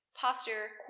Posture